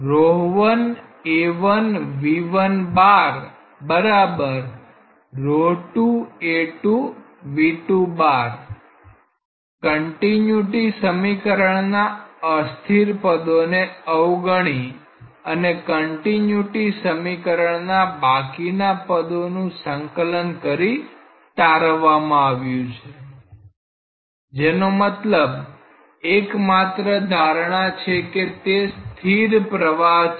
continuity સમીકરણના અસ્થિર પદોને અવગણી અને કન્ટીન્યુટી સમીકરણના બાકીના પદોનું સંકલન કરી તારવવામાં આવ્યું છે જેનો મતલબ એક માત્ર ધારણા છે કે તે સ્થિર પ્રવાહ છે